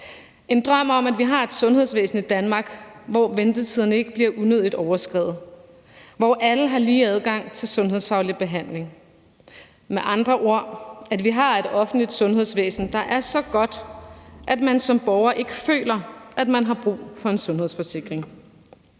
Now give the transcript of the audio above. en drøm om, at vi har et sundhedsvæsen i Danmark, hvor ventetiden ikke bliver unødigt overskredet, og hvor alle har lige adgang til sundhedsfaglig behandling – at vi med andre ord har et offentligt sundhedsvæsen, der er så godt, at man som borger ikke føler, at man har brug for en sundhedsforsikring.